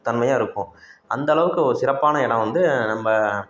தன்மையாக இருக்கும் அந்தளவுக்கு ஒரு சிறப்பான இடம் வந்து நம்ம